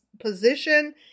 position